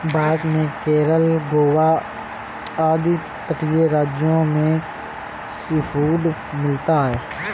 भारत में केरल गोवा आदि तटीय राज्यों में सीफूड मिलता है